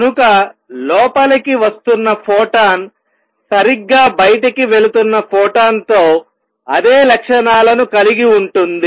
కనుక లోపలికి వస్తున్న ఫోటాన్ సరిగ్గా బయటకి వెళుతున్న ఫోటాన్ తో అదే లక్షణాలను కలిగి ఉంటుంది